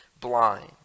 blind